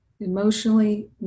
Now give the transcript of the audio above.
Emotionally